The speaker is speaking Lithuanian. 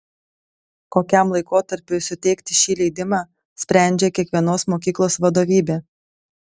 kokiam laikotarpiui suteikti šį leidimą sprendžia kiekvienos mokyklos vadovybė